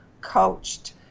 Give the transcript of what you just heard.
coached